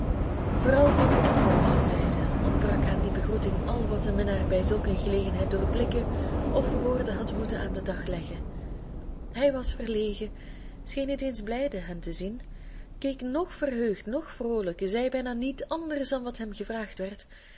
vooral van edward's zijde ontbrak aan die begroeting al wat een minnaar bij zulk een gelegenheid door blikken of woorden had moeten aan den dag leggen hij was verlegen scheen niet eens blijde hen te zien keek noch verheugd noch vroolijk zei bijna niet anders dan wat hem gevraagd werd